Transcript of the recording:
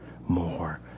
more